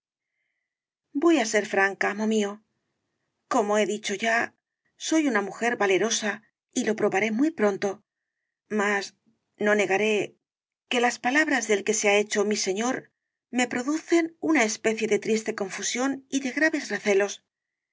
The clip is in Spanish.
voy á ser franca amo mío como he dicho ya soy una mujer valerosa y lo probaré muy pronto mas no negaré que las palabras del que se ha hecho mi señor me producen una especie de triste confusión y de graves recelos